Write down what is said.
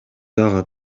дагы